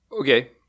okay